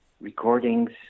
recordings